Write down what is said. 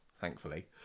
thankfully